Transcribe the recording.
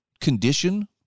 condition